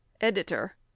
editor